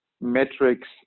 metrics